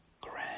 grand